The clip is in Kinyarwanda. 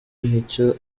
nicyo